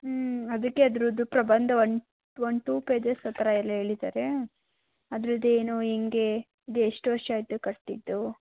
ಹ್ಞೂ ಅದಕ್ಕೆ ಅದ್ರದ್ದು ಪ್ರಬಂಧ ಒನ್ ಒನ್ ಟು ಪೇಜಸ್ ಆ ಥರ ಎಲ್ಲ ಹೇಳಿದ್ದಾರೆ ಅದರದ್ದೇನೋ ಹೆಂಗೆ ಇದು ಎಷ್ಟು ವರ್ಷ ಆಯಿತು ಕಟ್ಟಿದ್ದು